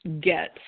get